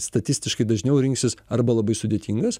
statistiškai dažniau rinksis arba labai sudėtingas